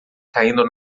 caindo